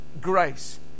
grace